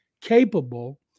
capable